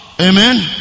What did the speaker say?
Amen